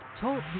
talk